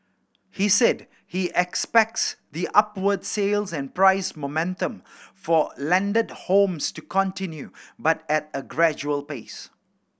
he said he expects the upward sales and price momentum for landed homes to continue but at a gradual pace